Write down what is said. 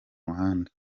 muhanda